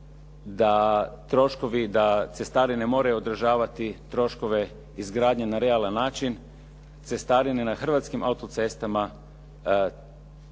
da cestarine moraju održavati troškove izgradnje na realan način cestarine na hrvatskim auto-cestama